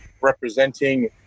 representing